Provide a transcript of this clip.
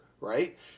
right